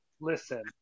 Listen